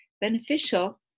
beneficial